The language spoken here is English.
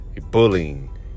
bullying